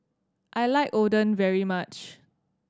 I like Oden very much